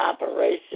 operation